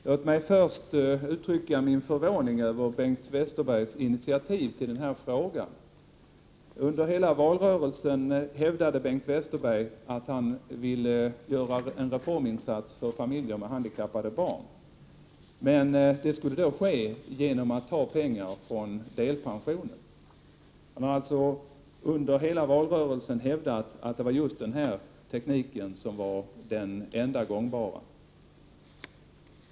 Herr talman! Låt mig först uttrycka min förvåning över Bengt Westerbergs initiativ att ställa den här frågan. Under hela valrörelsen hävdade Bengt Westerberg att han ville göra en reforminsats för familjer med handikappade barn, men det skulle ske genom att man skulle ta pengar från delpensionen. Han har under hela valrörelsen hävdat att det var just denna teknik som var den enda gångbara.